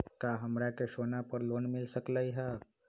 का हमरा के सोना पर लोन मिल सकलई ह?